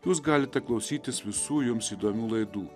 jūs galite klausytis visų jums įdomių laidų